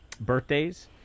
birthdays